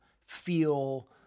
feel